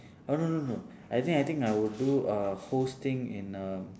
oh no no no I think I think I would do uh hosting in a